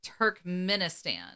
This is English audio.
Turkmenistan